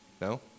No